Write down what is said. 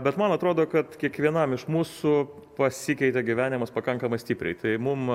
bet man atrodo kad kiekvienam iš mūsų pasikeitė gyvenimas pakankamai stipriai tai mum